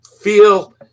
feel